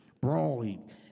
brawling